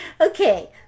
Okay